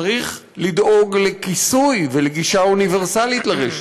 צריך לדאוג לכיסוי ולגישה אוניברסלית לרשת.